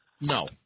No